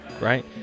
right